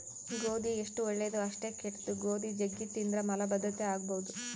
ಗೋಧಿ ಎಷ್ಟು ಒಳ್ಳೆದೊ ಅಷ್ಟೇ ಕೆಟ್ದು, ಗೋಧಿ ಜಗ್ಗಿ ತಿಂದ್ರ ಮಲಬದ್ಧತೆ ಆಗಬೊದು